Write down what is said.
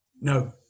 no